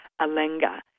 Alenga